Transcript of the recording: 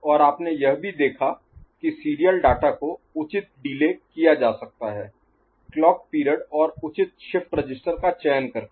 और आपने यह भी देखा कि सीरियल डाटा को उचित डिले किया जा सकता है क्लॉक पीरियड और उचित शिफ्ट रजिस्टर का चयन करके